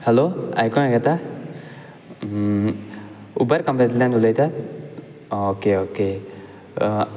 हालो आयकूंक येता उबर कंपनींतल्यान उलयता आं ओके ओके